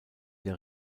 der